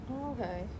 okay